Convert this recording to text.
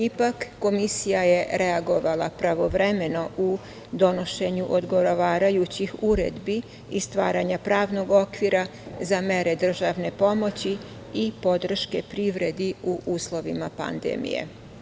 Ipak, Komisija je reagovala pravovremeno u donošenju odgovarajućih uredbi i stvaranja pravnog okvira za mere državne pomoći i podrške privredi u uslovima pandemije.